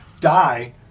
die